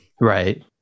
Right